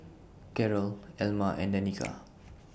Carroll Elma and Danica